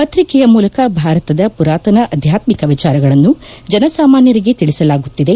ಪತ್ರಿಕೆಯ ಮೂಲಕ ಭಾರತದ ಪುರಾತನ ಆಧ್ಯಾತ್ಮಿಕ ವಿಚಾರಗಳನ್ನು ಜನ ಸಾಮಾನ್ಯರಿಗೆ ತಿಳಿಸಲಾಗುತ್ತಿದೆ